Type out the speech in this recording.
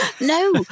no